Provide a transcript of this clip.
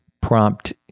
prompt